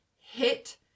hit